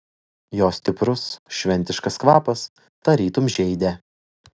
jo stiprus šventiškas kvapas tarytum žeidė